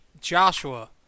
Joshua